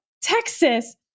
Texas